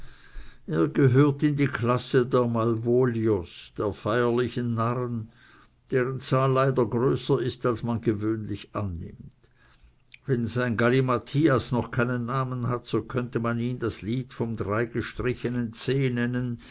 er gehört in die klasse der malvoglios der feierlichen narren deren zahl leider größer ist als man gewöhnlich annimmt wenn sein galimathias noch keinen namen hat so könnte man ihn das lied vom dreigestrichenen c nennen